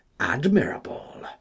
admirable